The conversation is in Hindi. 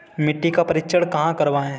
मिट्टी का परीक्षण कहाँ करवाएँ?